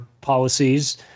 policies